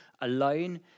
alone